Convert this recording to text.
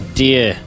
dear